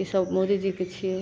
ईसब मोदीजीके छिए